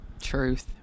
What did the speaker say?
Truth